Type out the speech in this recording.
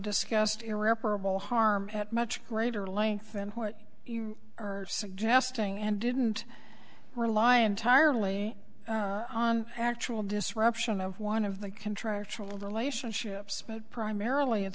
discussed irreparable harm at much greater length and what you are suggesting and didn't rely entirely on actual disruption of one of the contractual relationships primarily